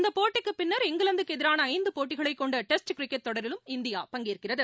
இந்தப் பின்னர் போட்டிக்குப் இங்கிலாந்துக்குஎதிரானஐந்துபோட்டிகளைகொண்டடெஸ்ட் கிரிக்கெட் தொடரிலும் இந்தியா பங்கேற்கிறது